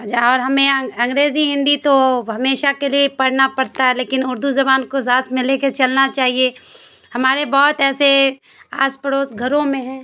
اچھا اور ہمیں انگریزی ہندی تو ہمیشہ کے لیے پڑھنا پڑتا ہے لیکن اردو زبان کو ذات میں لے کے چلنا چاہیے ہمارے بہت ایسے آس پڑوس گھروں میں ہے